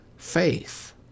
Faith